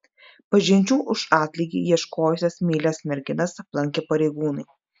pažinčių už atlygį ieškojusias meilias merginas aplankė pareigūnai